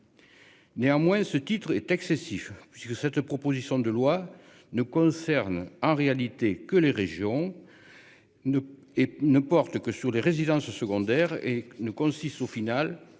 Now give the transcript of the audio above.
Néanmoins, ce titre est excessif puisque cette proposition de loi ne concerne en réalité que les régions. Ne et ne porte que sur les résidences secondaires et ne consiste au final